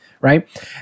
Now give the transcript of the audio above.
right